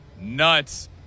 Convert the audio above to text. nuts